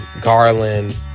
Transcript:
Garland